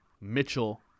Mitchell